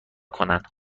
کنن